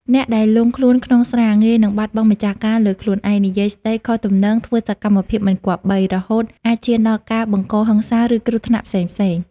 អ្នកដែលលង់ខ្លួនក្នុងស្រា ងាយនឹងបាត់បង់ម្ចាស់ការលើខ្លួនឯង និយាយស្តីខុសទំនង ធ្វើសកម្មភាពមិនគប្បី រហូតអាចឈានដល់ការបង្កហិង្សា ឬគ្រោះថ្នាក់ផ្សេងៗ។